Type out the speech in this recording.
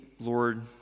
Lord